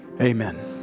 Amen